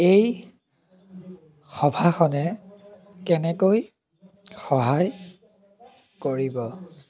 এই সভাখনে কেনেকৈ সহায় কৰিব